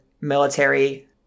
military